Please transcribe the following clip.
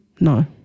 No